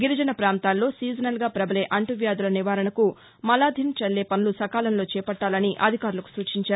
గిరిజన ప్రాంతాలలో సీజనల్గా ప్రబలే అంటు వ్యాధుల నివారణకు మలాథిన్ చల్లే పనులు సకాలంలో చేపట్టాలని అధికారులకు సూచించారు